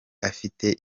afite